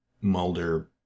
Mulder